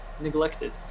neglected